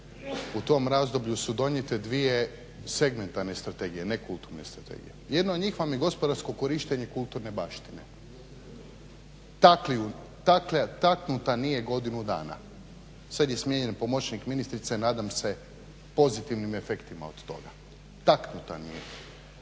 U tom razdoblju su donijete dvije segmentarne strategije, ne kulturne strategije. Jedna od njih vam je gospodarsko korištenje kulturne baštine. Taknuta nije godinu dana. Sad je smijenjen pomoćnik ministrice, nadam se pozitivnim efektima od toga. Taknuta nije.